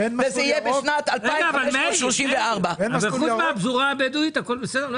וזה יהיה בשנת 2034. חוץ מהפזורה הבדואית הכול בסדר?